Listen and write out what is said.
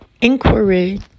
inquiry